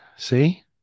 See